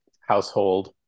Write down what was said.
household